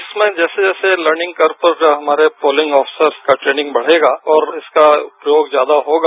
इसमें जैसे जैसे लर्निंग करते हुए जो हमारे पोलिंग अफसर्स का ट्रेनिंग बढ़ेगा और उसका प्रयोग ज्यादा होगा